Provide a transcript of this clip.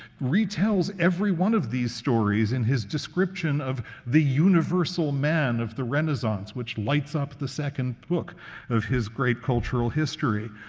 retells every one of these stories in his description of the universal man of the renaissance, which lights up the second book of his great cultural history.